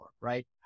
right